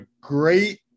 great